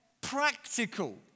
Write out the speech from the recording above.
practical